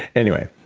anyway,